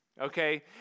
okay